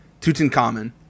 Tutankhamen